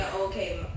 okay